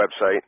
website